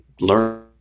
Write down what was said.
learn